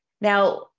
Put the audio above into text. Now